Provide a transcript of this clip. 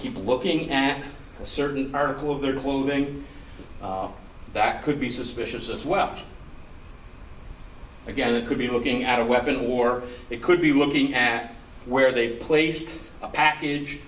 keep looking at a certain article of their clothing that could be suspicious as well again it could be looking at a weapon war it could be looking at where they've placed a package